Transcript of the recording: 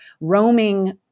roaming